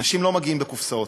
אנשים לא מגיעים בקופסאות,